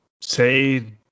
say